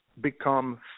become